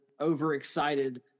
overexcited